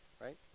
right